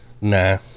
Nah